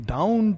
Down